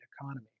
economy